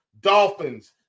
Dolphins